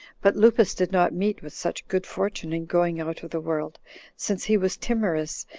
but lupus did not meet with such good fortune in going out of the world since he was timorous,